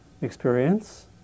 experience